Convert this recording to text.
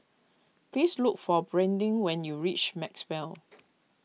please look for Brandin when you reach Maxwell